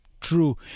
true